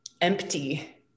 empty